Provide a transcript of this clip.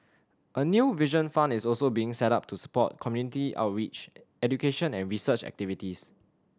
a new Vision Fund is also being set up to support community outreach education and research activities